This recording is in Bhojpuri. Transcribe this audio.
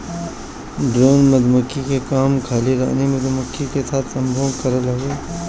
ड्रोन मधुमक्खी के काम खाली रानी मधुमक्खी के साथे संभोग करल हवे